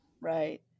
Right